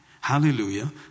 Hallelujah